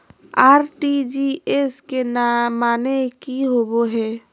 RTGS के माने की होबो है?